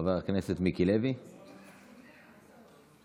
חבר הכנסת מיקי לוי, בבקשה, אדוני.